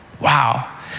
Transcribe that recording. Wow